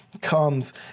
comes